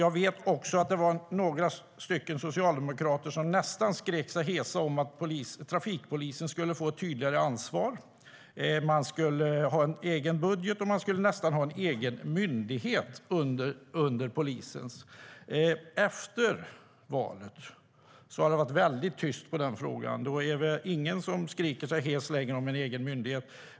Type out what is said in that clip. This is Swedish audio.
Jag vet att det var några socialdemokrater som nästan skrek sig hesa om att trafikpolisen skulle få ett tydligare ansvar. Den skulle ha en egen budget och nästan ha en egen myndighet under polisen. Efter valet har det varit väldigt tyst i den frågan. Det är ingen som längre skriker sig hes om en egen myndighet.